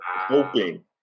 hoping